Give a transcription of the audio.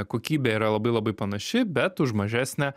kokybė yra labai labai panaši bet už mažesnę